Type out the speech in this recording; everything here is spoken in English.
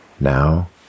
Now